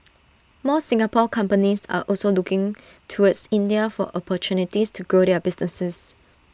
more Singapore companies are also looking towards India for opportunities to grow their businesses